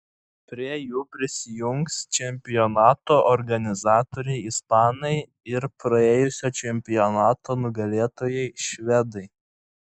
prie jų prisijungs čempionato organizatoriai ispanai ir praėjusio čempionato nugalėtojai švedai